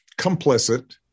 complicit